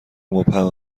مبهم